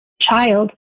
child